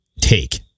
take